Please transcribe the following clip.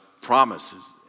promises